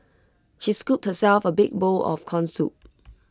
she scooped herself A big bowl of Corn Soup